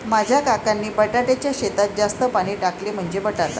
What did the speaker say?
माझ्या काकांनी बटाट्याच्या शेतात जास्त पाणी टाकले, म्हणजे बटाटा